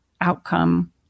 outcome